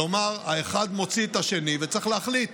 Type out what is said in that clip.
כלומר האחד מוציא את השני, וצריך להחליט